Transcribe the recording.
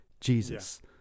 Jesus